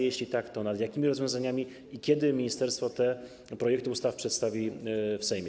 Jeśli tak, to nad jakim rozwiązaniami i kiedy ministerstwo te projekty ustaw przedstawi w Sejmie?